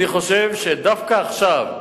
אני חושב שדווקא עכשיו,